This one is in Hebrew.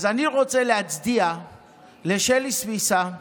אז אני רוצה להצדיע לשלי סוויסה,